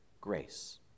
grace